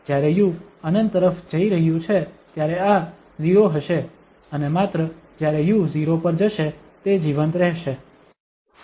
જ્યારે u ∞ તરફ જઈ રહ્યું છે ત્યારે આ 0 હશે અને માત્ર જ્યારે u 0 પર જશે તે જીવંત રહેશે